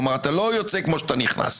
כלומר אתה לא יוצא כפי שאתה נכנס.